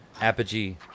Apogee